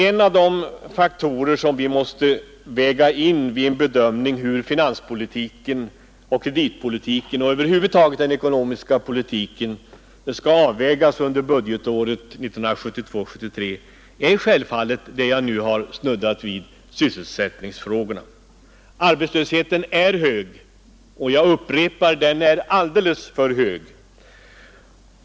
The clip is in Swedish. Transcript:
En av de faktorer som vi måste ta med vid bedömningen av hur finanspolitiken och kreditpolitiken och över huvud taget den ekonomiska politiken skall avvägas under budgetåret 1972/73 är självfallet sysselsättningsfrågorna. Arbetslösheten är hög, och jag upprepar: Den är alldeles för hög.